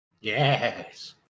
yes